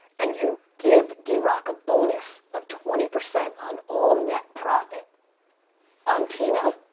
and you give d-rock a bonus of twenty percent on all net profit on tina.